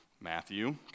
Matthew